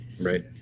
right